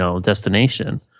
destination